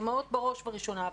אימהות בראש ובראשונה,